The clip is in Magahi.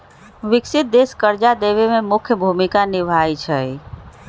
विकसित देश कर्जा देवे में मुख्य भूमिका निभाई छई